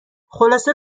خلاصه